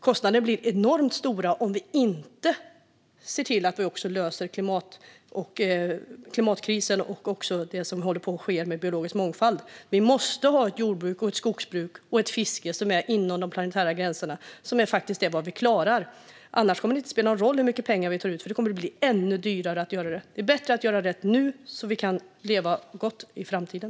Kostnaderna blir enormt stora om vi inte ser till att lösa klimatkrisen och det som håller på att ske med biologisk mångfald. Vi måste ha ett jordbruk, skogsbruk och fiske som är inom de planetära gränserna, vilket är vad vi faktiskt klarar - annars kommer det inte att spela någon roll hur mycket pengar vi tar ut, för då kommer det att bli ännu dyrare att göra det. Det är bättre att göra rätt nu, så att vi kan leva gott i framtiden.